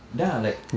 then I like